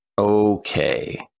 Okay